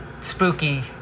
spooky